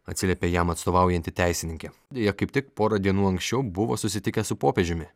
atsiliepė jam atstovaujanti teisininkė deja kaip tik pora dienų anksčiau buvo susitikęs su popiežiumi